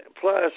Plus